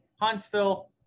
Huntsville